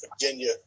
Virginia